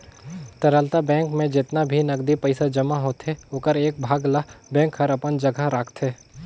तरलता बेंक में जेतना भी नगदी पइसा जमा होथे ओखर एक भाग ल बेंक हर अपन जघा राखतें